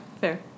fair